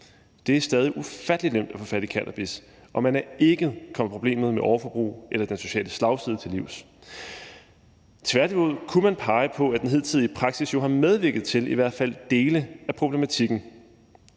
Det er stadig ufattelig nemt at få fat i cannabis, og man er ikke kommet problemet med overforbrug eller den sociale slagside til livs. Tværtimod kunne man pege på, at den hidtidige praksis jo har medvirket til i hvert fald dele af problematikken.